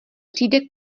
přijde